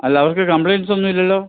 അല്ല അവർക്ക് കംപ്ലെയ്ൻസ് ഒന്നും ഇല്ലല്ലോ